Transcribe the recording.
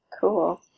cool